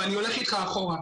אבל אני הולך אתך אחורה.